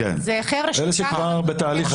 כן, אלה שכבר בתהליך עלייה.